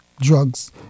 drugs